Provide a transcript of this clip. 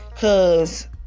Cause